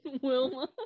Wilma